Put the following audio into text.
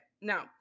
Now